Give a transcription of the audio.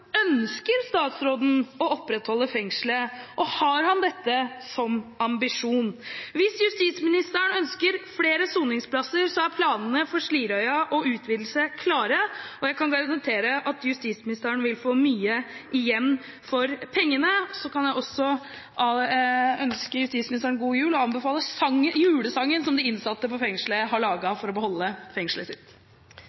Ønsker statsråden å opprettholde fengselet, og har han dette som ambisjon? Hvis justisministeren ønsker flere soningsplasser, er planene for Slidreøya og utvidelse klare, og jeg kan garantere at justisministeren vil få mye igjen for pengene. Jeg kan også ønske justisministeren god jul og anbefale julesangen som de innsatte i fengselet har